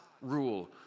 rule